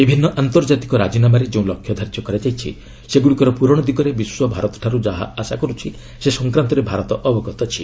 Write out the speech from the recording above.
ବିଭିନ୍ନ ଆନ୍ତର୍ଜାତିକ ରାଜିନାମାରେ ଯେଉଁ ଲକ୍ଷ୍ୟ ଧାର୍ଯ୍ୟ କରାଯାଇଛି ସେଗୁଡ଼ିକର ପ୍ରରଣ ଦିଗରେ ବିଶ୍ୱ ଭାରତଠାରୁ ଯାହା ଆଶା କରୁଛି ସେ ସଂକ୍ରାନ୍ତରେ ଭାରତ ଅବଗତ ଅଛି